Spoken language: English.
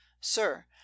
sir